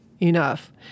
enough